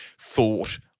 thought